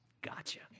gotcha